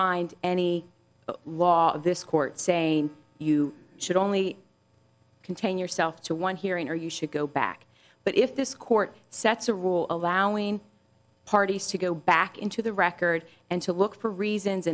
find any law this court saying you should only contain yourself to one hearing or you should go back but if this court sets a rule allowing parties to go back into the record and to look for reasons